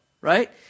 right